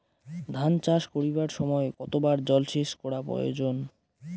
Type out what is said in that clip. ধান চাষ করিবার সময় কতবার জলসেচ করা প্রয়োজন?